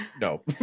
no